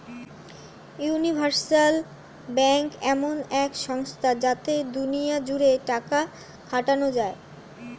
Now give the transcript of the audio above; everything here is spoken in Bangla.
ইউনিভার্সাল ব্যাঙ্ক এমন এক সংস্থা যাতে দুনিয়া জুড়ে টাকা খাটানো যায়